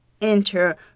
enter